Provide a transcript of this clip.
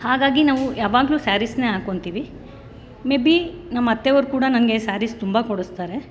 ಹಾಗಾಗಿ ನಾವು ಯಾವಾಗಲೂ ಸ್ಯಾರೀಸ್ನೇ ಹಾಕೊಳ್ತೀವಿ ಮೇ ಬಿ ನಮ್ಮತ್ತೆಯವರು ಕೂಡ ನನಗೆ ಸ್ಯಾರೀಸ್ ತುಂಬ ಕೊಡಿಸ್ತಾರೆ